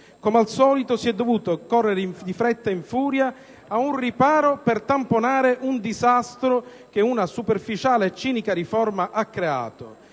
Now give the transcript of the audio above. come al solito, si è dovuti correre in fretta e furia a mettere un riparo, a tamponare un disastro che una superficiale e cinica riforma ha creato;